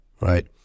right